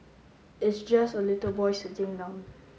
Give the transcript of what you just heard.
it's just a little boy sitting down